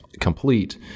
complete